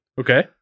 Okay